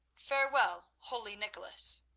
farewell, holy nicholas.